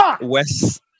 west